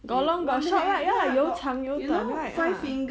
got long got short right ya 有长又短 right ah